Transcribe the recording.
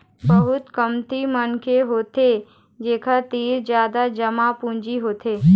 बहुते कमती मनखे होथे जेखर तीर जादा जमा पूंजी होथे